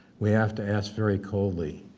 we have to ask very coldly,